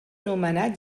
nomenat